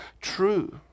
true